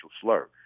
slur